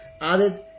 added